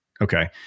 Okay